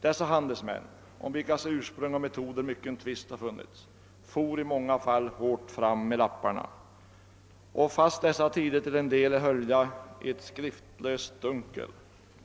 Dessa handelsmän, om vilkas ursprung och metoder mycken tvist har rått, for i många fall hårt fram med lapparna, och fast dessa tider till en del är höljda i ett skriftlöst dunkel